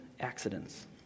accidents